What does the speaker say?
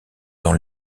dans